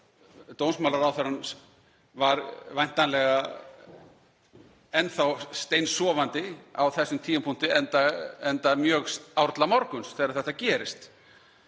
dómsmálaráðherra var væntanlega enn þá steinsofandi á þessum tímapunkti, enda mjög árla morguns þegar þetta gerist.